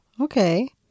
Okay